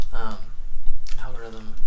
Algorithm